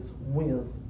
wins